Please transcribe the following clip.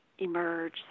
Emerge